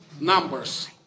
numbers